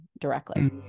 directly